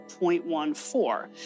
0.14